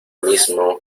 mismo